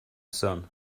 son